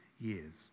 years